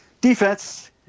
Defense